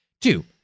Two